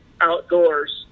outdoors